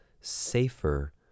safer